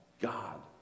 God